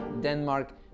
Denmark